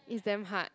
is damn hard